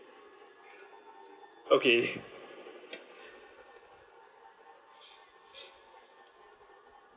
okay